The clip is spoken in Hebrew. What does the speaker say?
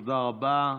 תודה רבה.